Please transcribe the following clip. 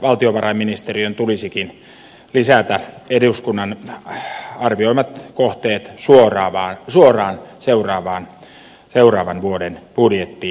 valtiovarainministeriön tulisikin lisätä eduskunnan arvioimat kohteet suoraan seuraavan vuoden budjettiin